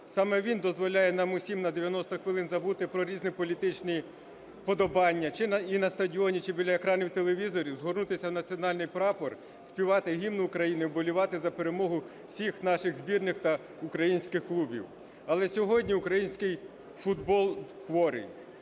Саме він дозволяє нам усім на 90 хвилин забути про різні політичні вподобання чи... і на стадіоні чи біля екранів телевізорів згорнутися в національний прапор, співати Гімн України, вболівати за перемогу всіх наших збірних та українських клубів. Але сьогодні український футбол хворий,